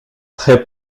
très